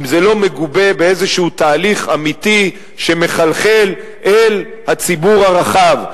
זה לא מגובה באיזה תהליך אמיתי שמחלחל אל הציבור הרחב,